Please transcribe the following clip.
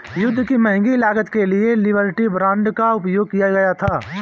युद्ध की महंगी लागत के लिए लिबर्टी बांड का उपयोग किया गया था